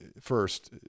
first